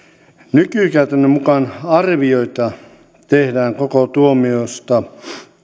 nykykäytännön mukaan arvioita tehdään koko tuomionsa